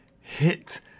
hit